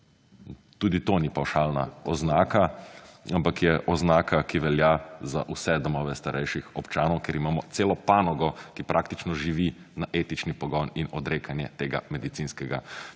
Tudi to ni pavšalna oznaka, ampak je oznaka, ki velja za vse domove starejših občanov, ker imamo celo panogo, ki praktično živi na etični pogon in odrekanje tega medicinskega